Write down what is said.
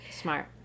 smart